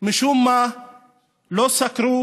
משום מה לא סקרו